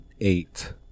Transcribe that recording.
eight